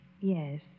Yes